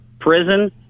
prison